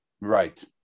Right